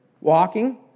walking